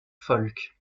folk